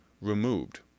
removed